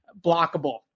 blockable